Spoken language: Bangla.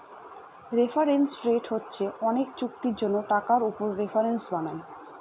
রেফারেন্স রেট হচ্ছে অনেক চুক্তির জন্য টাকার উপর রেফারেন্স বানায়